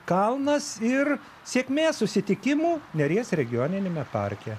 kalnas ir sėkmė susitikimų neries regioniniame parke